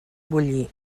bullir